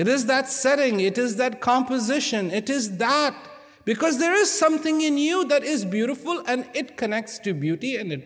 it is that setting it is that composition it is that because there is something in you that is beautiful and it connects to beauty and